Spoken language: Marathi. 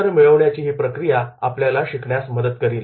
उत्तर मिळवण्याची ही प्रक्रिया आपल्याला शिकण्यास मदत करील